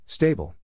Stable